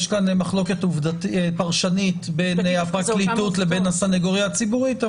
יש כאן מחלוקת פרשנית בין הפרקליטות לבין הסניגוריה הציבורית.